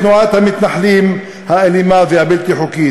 תנועת המתנחלים האלימה והבלתי-חוקית?